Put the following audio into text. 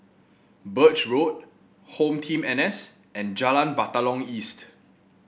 Birch Road Home Team N S and Jalan Batalong East